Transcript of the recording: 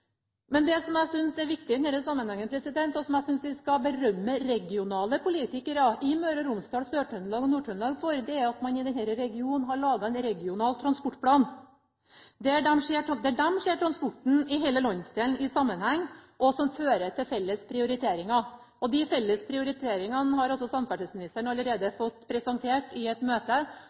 Men det som jeg synes er viktig i denne sammenhengen, og som jeg synes vi skal berømme regionale politikere i Møre og Romsdal, i Sør-Trøndelag og i Nord-Trøndelag for, er at man i denne regionen har laget en regional transportplan, der man ser transporten i hele landsdelen i sammenheng, og som fører til felles prioriteringer. De felles prioriteringene har samferdselsministeren allerede fått presentert i et møte,